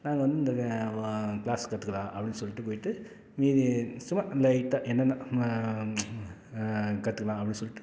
நாங்கள் வந்து இந்த வா க்ளாஸ் கற்றுக்கலாம் அப்படின்னு சொல்லிவிட்டு போயிவிட்டு மீதி சும்மா லைட்டாக என்னென்ன கற்றுக்கலாம் அப்படின்னு சொல்லிவிட்டு